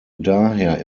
daher